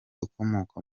ukomoka